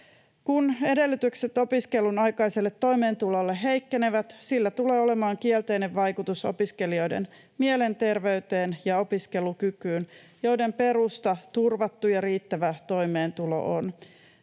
Kun edellytykset opiskelun aikaiselle toimeentulolle heikkenevät, sillä tulee olemaan kielteinen vaikutus opiskelijoiden mielenterveyteen ja opiskelukykyyn, joiden perusta on turvattu ja riittävä toimeentulo.